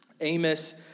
Amos